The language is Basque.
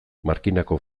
markinako